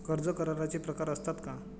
कर्ज कराराचे प्रकार असतात का?